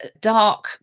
dark